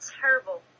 terrible